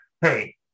Hey